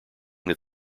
that